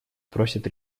просят